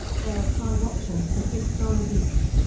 there are five options for six dollars each.